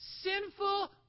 sinful